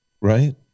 right